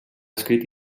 escrit